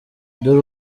dore